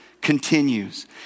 continues